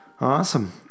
Awesome